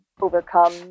overcome